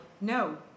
No